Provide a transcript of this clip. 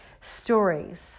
Stories